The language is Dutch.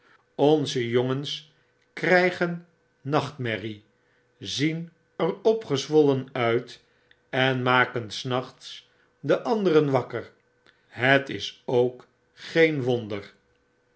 onze jongens krijgen nachtmerrie zien er opgezwollen uit en maken s nachts de anderen wakker het is ook geen wonder